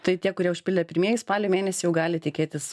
tai tie kurie užpildė pirmieji spalį mėnesį jau gali tikėtis